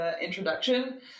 introduction